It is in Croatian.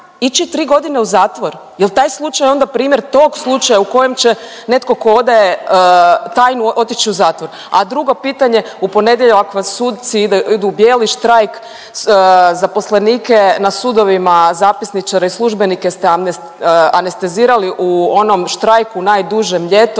ići 3 godine u zatvor? Je li taj slučaj onda primjer tog slučaja u kojem će netko tko odaje tajnu otići u zatvor? A drugo pitanje, u ponedjeljak vam suci idu u bijeli štrajk, zaposlenike na sudovima, zapisničare i službenike ste anestezirali u onom štrajku najdužem ljetos